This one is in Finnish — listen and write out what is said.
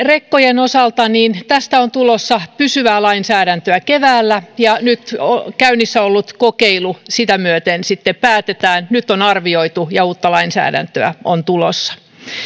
rekkojen osalta on tulossa pysyvää lainsäädäntöä keväällä ja nyt käynnissä ollut kokeilu sitä myöten sitten päätetään nyt on arvioitu ja uutta lainsäädäntöä on tulossa